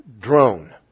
drone